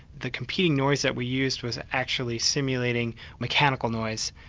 the competing noise that we used was actually simulating mechanical noise.